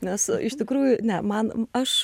nes iš tikrųjų ne man aš